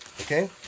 Okay